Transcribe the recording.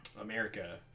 America